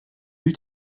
eût